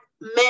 men